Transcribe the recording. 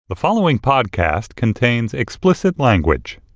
the following podcast contains explicit language